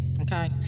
okay